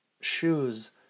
shoes